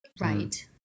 Right